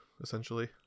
essentially